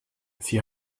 sie